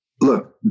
look